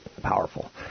powerful